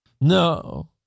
No